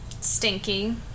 stinky